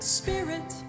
spirit